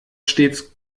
stets